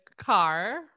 car